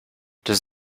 does